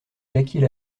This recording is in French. jacquier